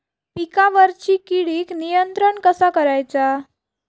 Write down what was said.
पिकावरची किडीक नियंत्रण कसा करायचा?